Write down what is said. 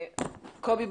הסביבה.